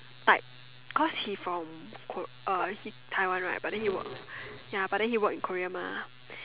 type cause he from ko~ uh he Taiwan right but then he work ya but then he work in Korea mah